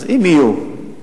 אם יהיו.